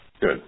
Good